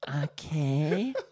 Okay